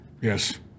Yes